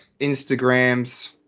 instagrams